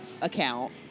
account